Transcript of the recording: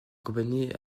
compagnie